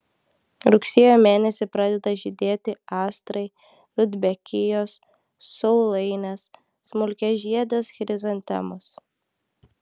rugsėjo mėnesį pradeda žydėti astrai rudbekijos saulainės smulkiažiedės chrizantemos